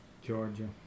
Georgia